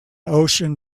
ocean